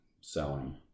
selling